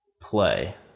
play